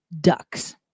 ducks